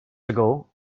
ago